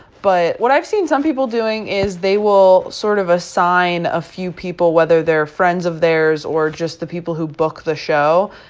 but what i've seen some people doing is they will sort of assign a few people, whether they're friends of theirs or just the people who book the show,